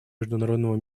международного